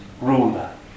ruler